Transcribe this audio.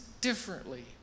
differently